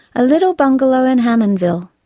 a little bungalow in hammondville,